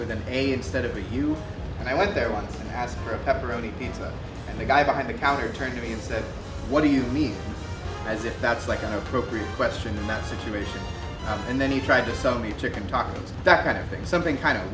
within a instead of a q and i went there once again as pepperoni pizza and the guy behind the counter turned to me and said what do you mean as if that's like an appropriate question in that situation and then you try to sell me chicken tacos that kind of thing something kind of